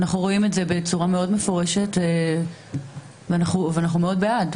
אנחנו רואים את זה בצורה מאוד מפורשת ואנחנו מאוד בעד.